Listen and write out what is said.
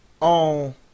on